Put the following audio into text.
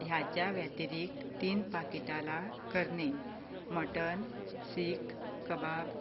ह्याचा व्यतिरिक्त तीन पाकिटाला करनी मटन सीख कबाब